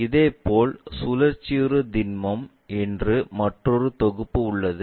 இதேபோல் சுழற்சியுறு திண்மம் என்று மற்றொரு தொகுப்பு உள்ளது